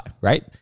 Right